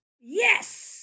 Yes